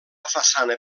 façana